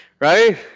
right